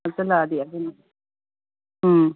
ꯅꯛꯁꯜꯂꯗꯤ ꯑꯗꯨꯅꯤ ꯎꯝ